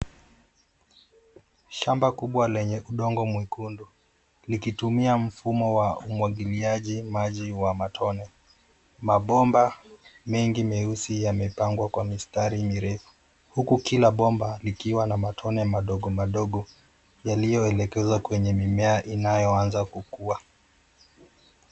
Shamba kubwa lenye udongo mwekundu. Likitumia mfumo wa umwagiliaji maji wa matone. Mabomba mengi meusi yamepangwa kwa misteri mirefu. Huku kila bomba likiwa na matone madogo madogo, yaliyo elekezwa kwenye mimea inayo anza kukua.